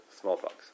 smallpox